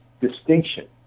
distinction